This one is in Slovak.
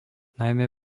najmä